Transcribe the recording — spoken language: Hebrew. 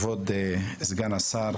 כבוד סגן השר,